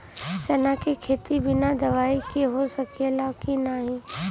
चना के खेती बिना दवाई के हो सकेला की नाही?